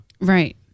Right